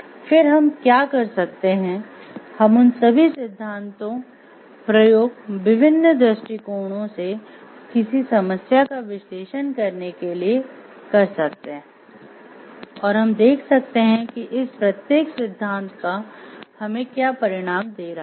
फिर हम क्या कर सकते हैं हम उन सभी सिद्धांतों प्रयोग विभिन्न दृष्टिकोणों से किसी समस्या का विश्लेषण करने के लिए कर सकते हैं और हम देख सकते हैं कि इस प्रत्येक सिद्धांत का हमें क्या परिणाम दे रहा है